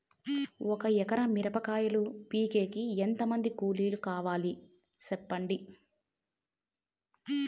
ఒక ఎకరా మిరప కాయలు పీకేకి ఎంత మంది కూలీలు కావాలి? సెప్పండి?